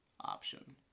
option